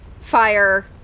fire